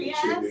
Yes